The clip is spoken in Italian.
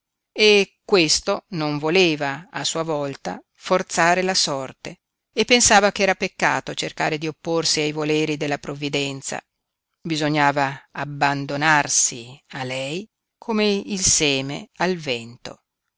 e questo non voleva a sua volta forzare la sorte e pensava ch'era peccato cercare di opporsi ai voleri della provvidenza bisognava abbandonarsi a lei come il seme al vento